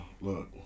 look